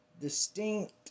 distinct